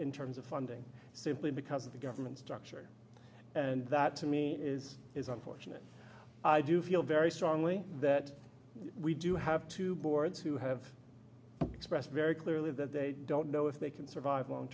in terms of funding simply because of the government structure and that to me is is unfortunate i do feel very strongly that we do have two boards who have expressed very clearly that they don't know if they can survive long